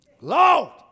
Lord